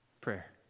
Prayer